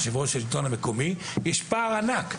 יושב-ראש השלטון המקומי יש פער ענק.